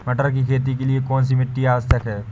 मटर की खेती के लिए कौन सी मिट्टी आवश्यक है?